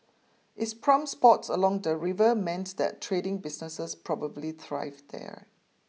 it's spots along the river meant that trading businesses probably thrived there